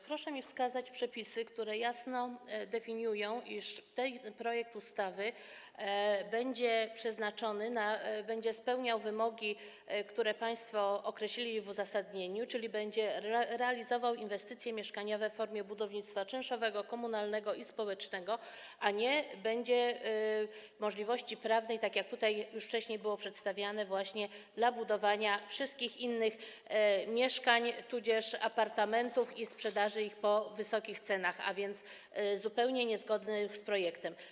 Proszę mi wskazać przepisy, które jasno definiują, iż ten projekt ustawy będzie przeznaczony, będzie spełniał wymogi, które państwo określili w uzasadnieniu, czyli będzie realizował inwestycje mieszkaniowe w formie budownictwa czynszowego, komunalnego i społecznego, a nie będzie możliwości prawnej, tak jak już tutaj wcześniej było to przedstawiane, właśnie dla budowania wszystkich innych mieszkań, tudzież apartamentów, i sprzedaży ich po wysokich cenach, a więc zupełnie niezgodnie z projektem.